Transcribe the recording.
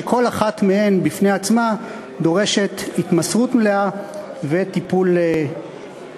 שכל אחת מהן בפני עצמה דורשת התמסרות מלאה וטיפול מלא.